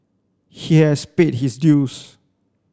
he has paid his dues